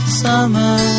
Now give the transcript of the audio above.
summer